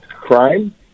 crime